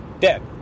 dead